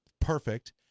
perfect